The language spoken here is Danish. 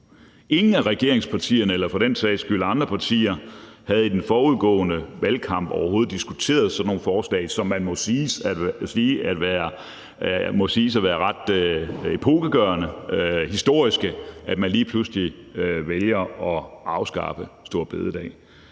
Ingen af regeringspartierne eller for den sags skyld andre partier havde i den forudgående valgkamp overhovedet diskuteret sådan nogle forslag, som må siges at være ret epokegørende og historiske – at man lige pludselig vælger at afskaffe store bededag.